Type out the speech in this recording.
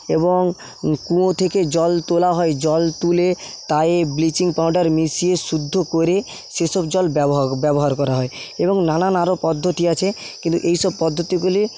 এবং কুঁয়ো থেকে জল তোলা হয় জল তুলে তায়ে ব্লিচিং পাউডার মিশিয়ে শুদ্ধ করে সেসব জল ব্যবহার ব্যবহার করা হয় এবং নানান আরো পদ্ধতি আছে কিন্তু এই সব পদ্ধতিগুলি